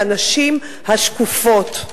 לנשים השקופות.